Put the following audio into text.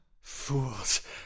Fools